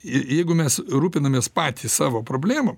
ir jeigu mes rūpinamės patys savo problemom